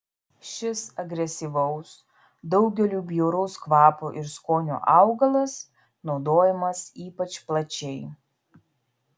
šis agresyvaus daugeliui bjauraus kvapo ir skonio augalas naudojamas ypač plačiai